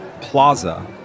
plaza